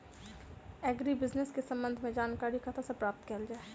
Agri business केँ संबंध मे जानकारी कतह सऽ प्राप्त कैल जाए?